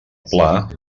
pla